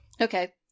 Okay